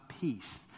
peace